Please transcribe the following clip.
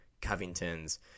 Covington's